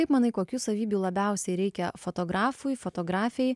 kaip manai kokių savybių labiausiai reikia fotografui fotografei